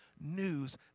news